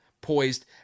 poised